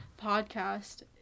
podcast